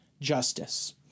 justice